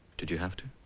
did you have to?